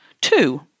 Two